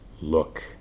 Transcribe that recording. look